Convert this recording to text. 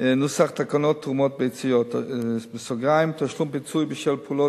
נוסח תקנות תרומת ביציות (תשלום פיצוי בשל פעולת